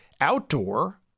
Outdoor